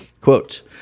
Quote